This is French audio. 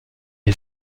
est